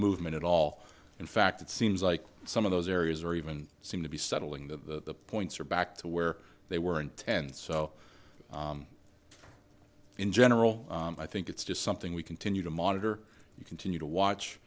movement at all in fact it seems like some of those areas are even seem to be settling the points are back to where they were intended so in general i think it's just something we continue to monitor you continue to